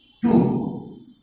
Two